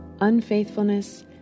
Unfaithfulness